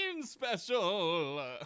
Special